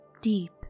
deep